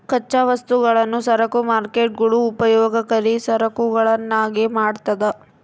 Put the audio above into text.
ಕಚ್ಚಾ ವಸ್ತುಗಳನ್ನು ಸರಕು ಮಾರ್ಕೇಟ್ಗುಳು ಉಪಯೋಗಕರಿ ಸರಕುಗಳನ್ನಾಗಿ ಮಾಡ್ತದ